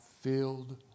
filled